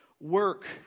Work